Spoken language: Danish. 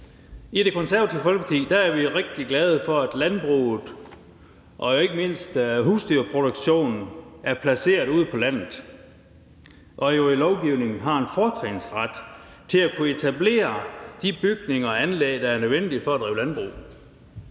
I Det Konservative Folkeparti er vi rigtig glade for, at landbruget og ikke mindst husdyrproduktionen er placeret ude på landet, og at det i lovgivningen har en fortrinsret til at kunne etablere de bygninger og anlæg, der er nødvendige for at drive landbrug.